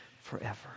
forever